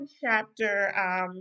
chapter